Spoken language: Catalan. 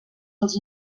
els